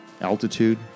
altitude